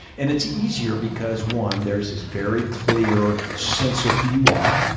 and it's easier because one, there's this very clear sense of who you are.